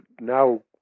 now